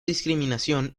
discriminación